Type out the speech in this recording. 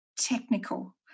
technical